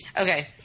Okay